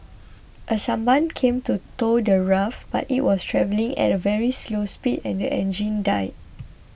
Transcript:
a sampan came to tow the raft but it was travelling at a very slow speed and the engine died